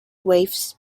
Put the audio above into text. waves